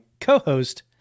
co-host